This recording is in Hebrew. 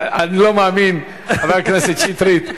חבר הכנסת שטרית,